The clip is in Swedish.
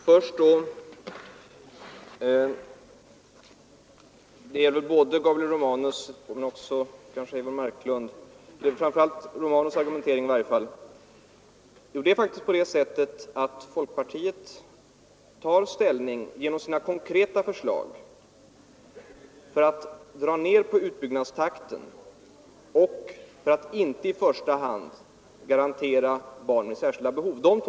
Fru talman! Först vill jag säga till herr Romanus — det gäller både herr Romanus” och fru Marklunds argumentering, men framför allt herr Romanus” argumentering — att det faktiskt är på det sättet att folkpartiet genom sina konkreta förslag dels tar ställning för att dra ner utbyggnadstakten och dels inte i första hand vill garantera att barn med särskilda behov får ökade resurser.